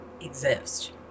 exist